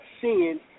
seeing